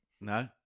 No